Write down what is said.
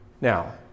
Now